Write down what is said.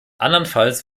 andernfalls